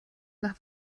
nach